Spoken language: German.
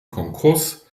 konkurs